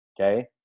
okay